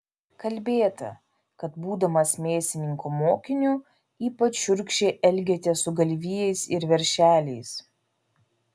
kalbėta kad būdamas mėsininko mokiniu ypač šiurkščiai elgėtės su galvijais ir veršeliais